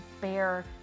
bear